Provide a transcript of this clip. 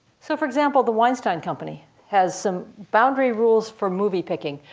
so for example, the weinstein company has some boundary rules for movie picking.